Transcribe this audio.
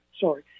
sorry